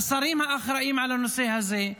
לשרים האחראים על הנושא הזה,